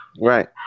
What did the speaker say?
right